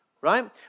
Right